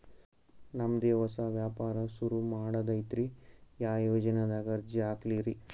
ನಮ್ ದೆ ಹೊಸಾ ವ್ಯಾಪಾರ ಸುರು ಮಾಡದೈತ್ರಿ, ಯಾ ಯೊಜನಾದಾಗ ಅರ್ಜಿ ಹಾಕ್ಲಿ ರಿ?